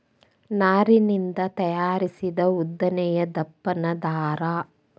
ನಾರಿನಿಂದ ತಯಾರಿಸಿದ ಉದ್ದನೆಯ ದಪ್ಪನ ದಾರಾ